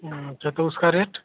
अच्छा तो उसका रेट